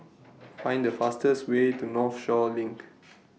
Find The fastest Way to Northshore LINK